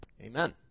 Amen